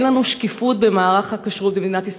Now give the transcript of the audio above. אין לנו שקיפות במערך הכשרות במדינת ישראל.